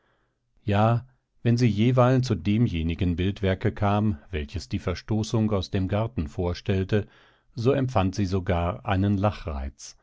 ja wenn sie jeweilen zu demjenigen bildwerke kam welches die verstoßung aus dem garten vorstellte so empfand sie sogar einen lachreiz